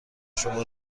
شما